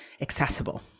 accessible